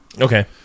Okay